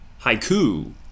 haiku